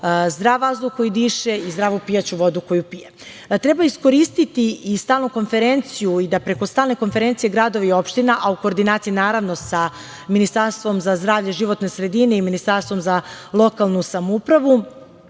zdrav vazduh koji diše i zdravu pijaću vodu koju pije. Treba iskoristiti i stalnu konferenciju i da preko Stalne konferencije gradova i opština, a u koordinaciji, naravno, sa Ministarstvom za zdravlje, životne sredine i Ministarstvom za lokalnu samoupravu